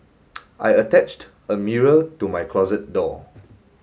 I attached a mirror to my closet door